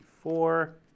four